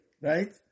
right